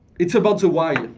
it's about the why.